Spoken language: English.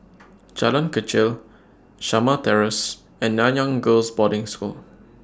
Jalan Kechil Shamah Terrace and Nanyang Girls' Boarding School